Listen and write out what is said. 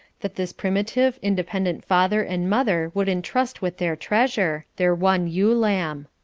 that this primitive, independent father and mother would entrust with their treasure, their one ewe lamb.